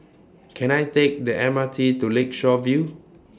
Can I Take The M R T to Lakeshore View